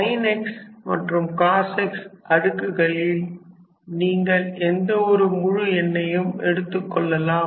sin x மற்றும் cos x அடுக்குகளில் நீங்கள் எந்த ஒரு முழு எண்ணையும் எடுத்துக்கொள்ளலாம்